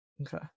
Okay